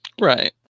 Right